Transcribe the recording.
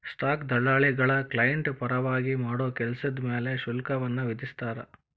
stock ದಲ್ಲಾಳಿಗಳ client ಪರವಾಗಿ ಮಾಡೋ ಕೆಲ್ಸದ್ ಮ್ಯಾಲೆ ಶುಲ್ಕವನ್ನ ವಿಧಿಸ್ತಾರ